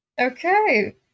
Okay